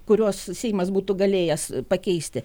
kuriuos seimas būtų galėjęs pakeisti